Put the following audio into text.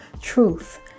truth